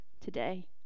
today